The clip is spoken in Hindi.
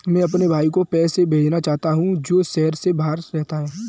मैं अपने भाई को पैसे भेजना चाहता हूँ जो शहर से बाहर रहता है